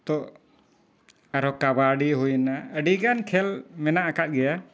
ᱛᱚ ᱟᱨᱦᱚᱸ ᱠᱟᱵᱟᱰᱤ ᱦᱩᱭᱱᱟ ᱟᱹᱰᱤᱜᱟᱱ ᱠᱷᱮᱞ ᱢᱮᱱᱟᱜ ᱟᱠᱟᱫ ᱜᱮᱭᱟ